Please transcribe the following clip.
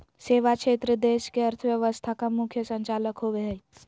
सेवा क्षेत्र देश के अर्थव्यवस्था का मुख्य संचालक होवे हइ